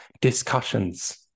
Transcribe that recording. discussions